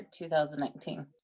2019